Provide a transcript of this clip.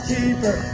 Keeper